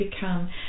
become